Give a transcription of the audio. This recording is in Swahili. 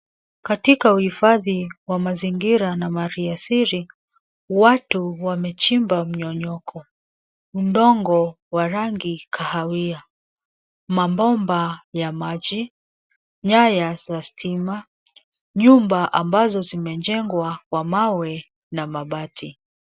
Katika uhifadhi wa mazingira na maliasili, watu wamechimba mnyonyoko, udongo wa rangi kahawia. Mabomba ya maji, nyaya za stima, nyumba ambazo zimejengwa kwa mawe na mabati.